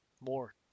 more